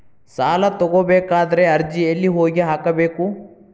ಸಾಲ ತಗೋಬೇಕಾದ್ರೆ ಅರ್ಜಿ ಎಲ್ಲಿ ಹೋಗಿ ಹಾಕಬೇಕು?